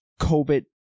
COVID